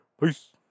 Peace